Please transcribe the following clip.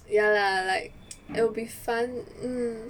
ya lah like it'll be fun